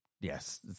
Yes